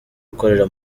akorera